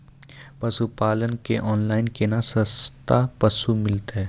पशुपालक कऽ ऑनलाइन केना सस्ता पसु मिलतै?